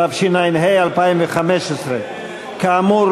התשע"ה 2015. כאמור,